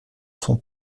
son